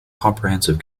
comprehensive